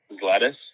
Gladys